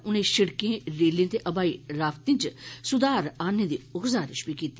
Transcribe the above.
उनें शिड़कें रेल ते हवाई रावतें इच सुधार आनने दी गुजारिश बी कीती